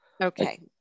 Okay